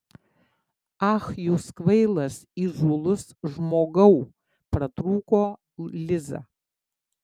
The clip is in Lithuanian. ach jūs kvailas įžūlus žmogau pratrūko liza